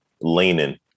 leaning